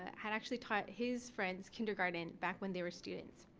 had actually taught his friends kindergarten back when they were students.